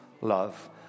love